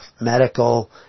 medical